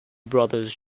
brothers